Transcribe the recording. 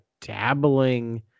dabbling